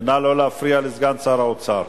נא לא להפריע לסגן שר האוצר.